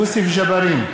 יוסף ג'בארין,